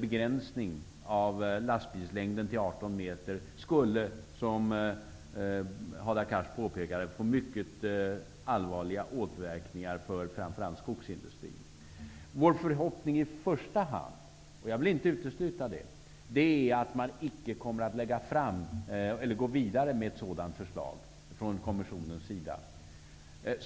begränsning av lastbilslängden till 18 meter skulle, som Hadar Cars påpekade, få mycket allvarliga återverkningar för framför allt skogsindustrin. Vår förhoppning i första hand är -- jag vill inte utesluta det -- att man inte kommer att gå vidare med ett sådant förslag från kommissionens sida.